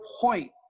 point